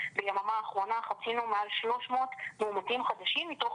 ביממה האחרונה חצינו מעל 300 מאומתים חדשים מתוך